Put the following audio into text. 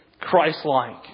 Christ-like